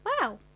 Wow